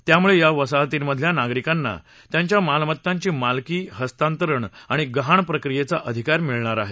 त्यामुळे या वसाहतीमधल्या नागरिकांना त्यांच्या मालमत्तांची मालकी हस्तांतरण आणि गहाण प्रक्रियेचा अधिकार मिळणार आहेत